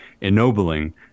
ennobling